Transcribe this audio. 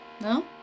No